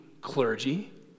clergy